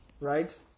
right